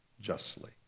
justly